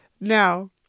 Now